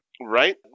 Right